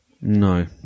No